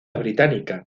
británica